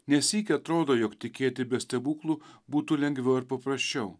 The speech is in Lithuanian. ne sykį atrodo jog tikėti be stebuklų būtų lengviau ir paprasčiau